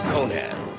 Conan